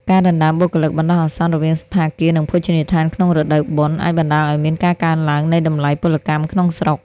ការដណ្តើមបុគ្គលិកបណ្តោះអាសន្នរវាងសណ្ឋាគារ និងភោជនីយដ្ឋានក្នុងរដូវបុណ្យ អាចបណ្តាលឱ្យមានការកើនឡើងនៃតម្លៃពលកម្មក្នុងស្រុក។